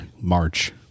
March